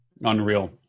Unreal